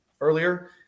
earlier